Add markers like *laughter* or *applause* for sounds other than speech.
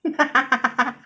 *noise*